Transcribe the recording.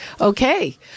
Okay